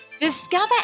Discover